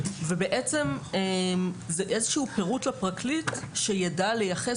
ובעצם זה איזשהו פירוט לפרקליט שיידע לייחס